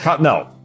No